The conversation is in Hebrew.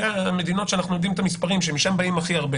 אלה המדינות שאנחנו יודעים את המספרים שמשם באים הכי הרבה